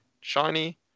shiny